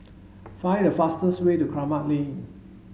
find the fastest way to Kramat Lane